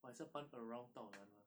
我还是要搬 around 道南吗